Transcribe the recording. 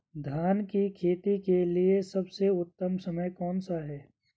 धान की खेती के लिए सबसे उत्तम समय कौनसा है?